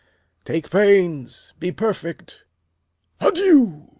take pains be perfect adieu.